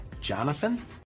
Jonathan